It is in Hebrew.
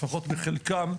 לפחות בחלקן,